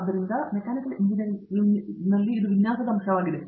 ಆದ್ದರಿಂದ ಇದು mechanical engineering ವಿನ್ಯಾಸದ ಅಂಶವಾಗಿದೆ